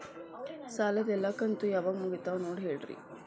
ಸಾಲದ ಎಲ್ಲಾ ಕಂತು ಯಾವಾಗ ಮುಗಿತಾವ ನೋಡಿ ಹೇಳ್ರಿ